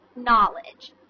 knowledge